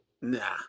Nah